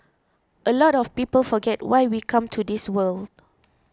a lot of people forget why we come to this world